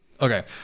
okay